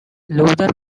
luther